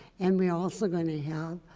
and we're also going to have